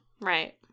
right